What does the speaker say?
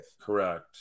Correct